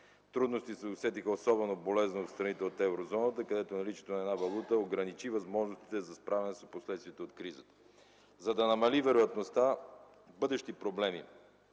Трудности се усетиха особено болезнено в страните от Еврозоната, където наличието на една валута ограничи възможностите за справяне с последствията от кризата. За да намали вероятността от бъдещи проблеми